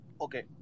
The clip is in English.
Okay